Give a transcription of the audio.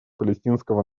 палестинского